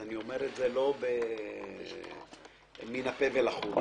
אני אומר את זה לא מן הפה ולחוץ,